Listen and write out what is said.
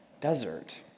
desert